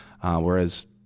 Whereas